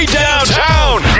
downtown